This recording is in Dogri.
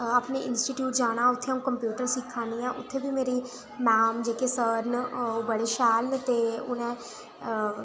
अपने इंस्टीट्यूट जाना उत्थै में कंप्यूटर सिक्खा नि आं उत्थै बी मेरे मैम जेह्के सर न ओह् बड़े शैल न ते उ'नें